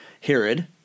Herod